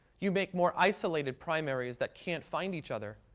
you make more isolated primaries that can't find each other,